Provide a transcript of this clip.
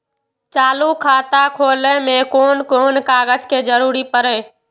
चालु खाता खोलय में कोन कोन कागज के जरूरी परैय?